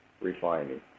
refining